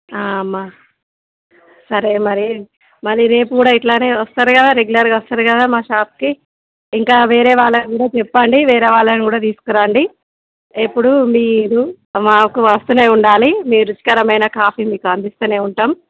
అమ్మా సరే మరి మళ్ళీ రేపు కూడా ఇలానే వస్తారు కదా రెగ్యులర్గా వస్తారు కదా మా షాప్కి ఇంకా వేరే వాళ్ళకి కూడా చెప్పండి వేరే వాళ్ళని కూడా తీసుకురండి ఎప్పుడు మీరు మాకు వస్తూనే ఉండాలి మీ రుచికరమైన కాఫీ మీకు అందిస్తూనే ఉంటాము